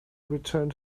returned